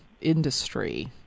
industry